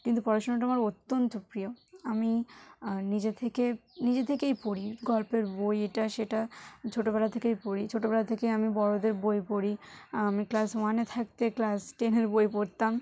কিন্তু পড়াশোনাটা আমার অত্যন্ত প্রিয় আমি নিজে থেকে নিজে থেকেই পড়ি গল্পের বই এটা সেটা ছোটবেলা থেকেই পড়ি ছোটবেলা থেকে আমি বড়দের বই পড়ি আমি ক্লাস ওয়ানে থাকতে ক্লাস টেনের বই পড়তাম